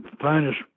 finest